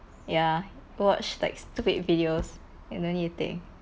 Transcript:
ya watch like stupid videos and no need to think